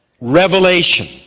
revelation